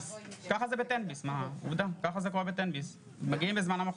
ככה זה בתן ביס, מגיעים בזמנם החופשי.